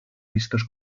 vistos